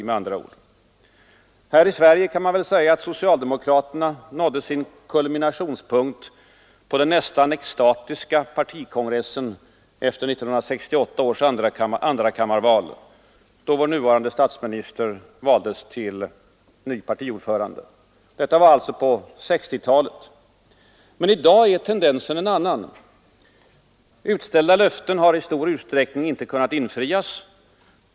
Man kan väl säga att socialdemokratin här i Sverige nådde sin kulminationspunkt på den nästan extatiska partikongressen efter 1968 års andrakammarval, då vår nuvarande statsminister valdes till partiordförande. Detta var på 1960-talet. Men i dag är tendensen en annan. Utställda löften har inte kunnat infrias.